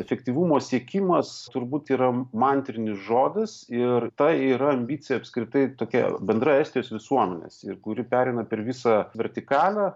efektyvumo siekimas turbūt yra mantrinis žodis ir ta yra ambicija apskritai tokia bendra estijos visuomenės ir kuri pereina per visą vertikalę